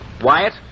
Wyatt